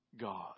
God